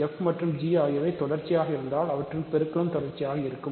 f மற்றும் g ஆகியவை தொடர்ச்சியாக இருந்தால் அவற்றின் பெருக்கலும் தொடர்ச்சியாக இருக்கும்